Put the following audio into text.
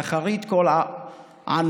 ואחרית כל ענווה,